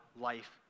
life